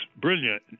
brilliant